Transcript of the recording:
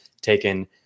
taken